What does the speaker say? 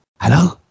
Hello